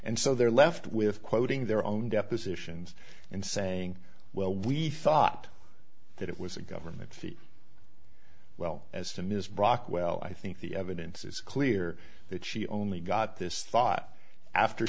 and so they're left with quoting their own depositions and saying well we thought that it was a government feat well as to ms brock well i think the evidence is clear that she only got this thought after